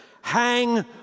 Hang